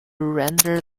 render